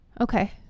Okay